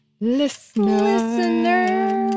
Listener